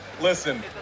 listen